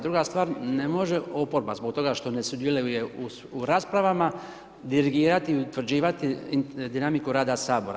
Druga stvar, ne može oporba zbog toga što ne sudjeluje u raspravama, dirigirati i utvrđivati dinamiku rada Sabora.